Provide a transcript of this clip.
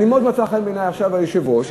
מאוד מצא חן בעינַי עכשיו היושב-ראש,